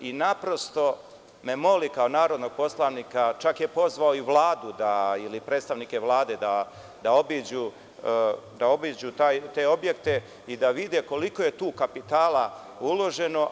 Naprosto me moli kao narodnog poslanika, čak je pozvao i Vladu ili predstavnike Vlade da obiđu te objekte i da vide koliko je tu kapitala uloženo.